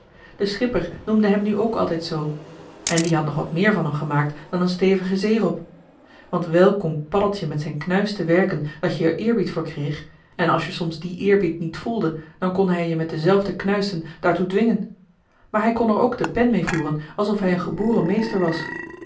de schipper noemde hem nu ook altijd zoo en die had nog wat meer van hem gemaakt dan een stevigen zeerob want wel kon paddeltje met zijn knuisten werken dat je er eerbied voor kreeg en als je soms dien eerbied niet voelde dan kon hij je met dezelfde knuisten daartoe dwingen maar hij kon er ook de pen mee voeren alsof hij een geboren meester was